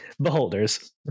Beholders